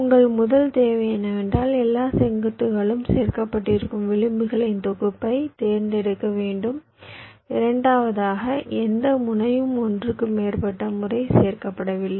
உங்கள் முதல் தேவை என்னவென்றால் எல்லா செங்குத்துகளும் சேர்க்கப்பட்டிருக்கும் விளிம்புகளின் தொகுப்பை தேர்ந்தெடுக்க வேண்டும் இரண்டாவதாக எந்த முனையும் ஒன்றுக்கு மேற்பட்ட முறை சேர்க்கப்படவில்லை